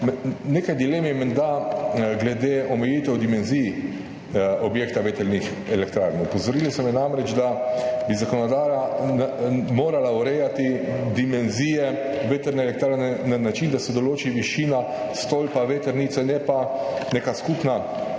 Nekaj dilem je menda glede omejitev dimenzij objekta vetrnih elektrarn. Opozorili so me namreč, da bi zakonodaja morala urejati dimenzije vetrne elektrarne na način, da se določi višina stolpa vetrnice, ne pa neka skupna